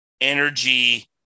energy